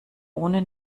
ohne